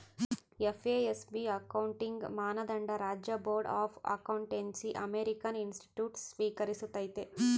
FASB accounting ಮಾನದಂಡ ರಾಜ್ಯ board of accountancy American institutes ಸ್ವೀಕರಿಸ್ತತೆ